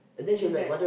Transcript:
and she died